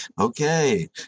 Okay